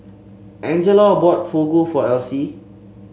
Angelo bought Fugu for Elsie